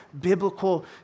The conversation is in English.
biblical